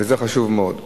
וזה חשוב מאוד.